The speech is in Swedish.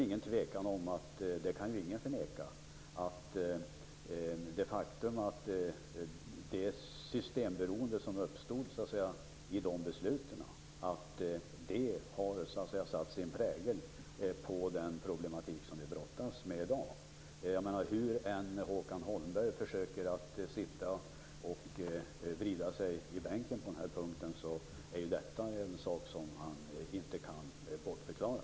Ingen kan väl förneka det faktum att det systemberoende som uppstod i och med dessa beslut har satt sin prägel på den problematik som vi brottas med i dag. Hur än Håkan Holmberg försöker sitta och vrida sig i bänken är ju detta en sak som han inte kan bortförklara.